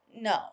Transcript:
No